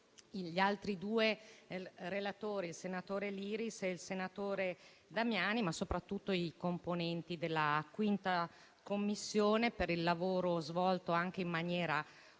gli altri due relatori, i senatori Liris e Damiani, ma soprattutto i componenti della 5a Commissione per il lavoro svolto, anche in maniera ordinata.